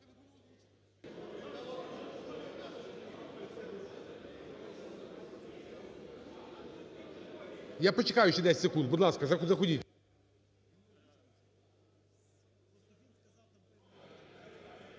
Я почекаю ще 10 секунд, будь ласка, заходіть.